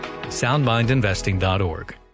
Soundmindinvesting.org